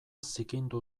zikindu